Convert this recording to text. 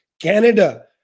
Canada